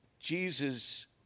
Jesus